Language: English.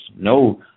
no